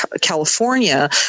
california